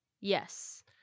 Yes